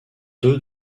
deux